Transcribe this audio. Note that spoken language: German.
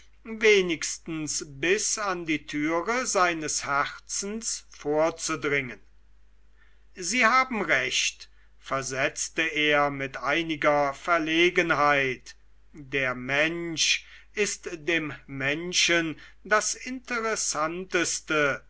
wenigstens bis an die türe seines herzens vorzudringen sie haben recht versetzte er mit einiger verlegenheit der mensch ist dem menschen das interessanteste